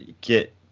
get